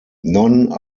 none